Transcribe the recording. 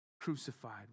crucified